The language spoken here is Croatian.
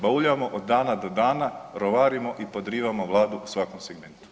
Bauljamo od dana do dana, rovarimo i podrivamo Vladu u svakom segmentu.